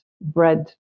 bread